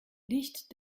licht